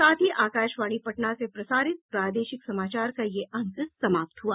इसके साथ ही आकाशवाणी पटना से प्रसारित प्रादेशिक समाचार का ये अंक समाप्त हुआ